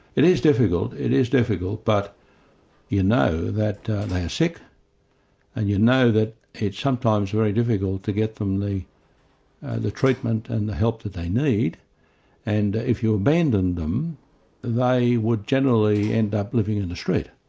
it is difficult, it is difficult, but you know that they are sick and you know that it's sometimes very difficult to get them the treatment and the help that they need and if you abandon them they would generally end up living in the street.